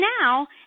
now